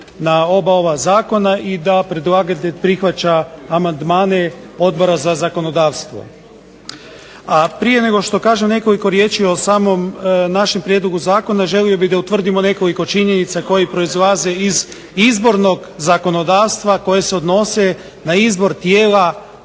na oba ova zakona i da predlagatelj prihvaća amandmane Odbora za zakonodavstvo. A prije nego što kažem nekoliko riječi o samom našem prijedlogu zakona želio bih da utvrdimo nekoliko činjenica koje proizlaze iz izbornog zakonodavstva koje se odnose na izbor tijela